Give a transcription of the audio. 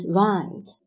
right